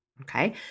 Okay